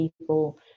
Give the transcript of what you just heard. People